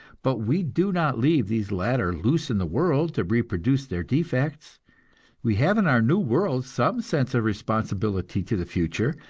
but we do not leave these latter loose in the world to reproduce their defects we have in our new world some sense of responsibility to the future,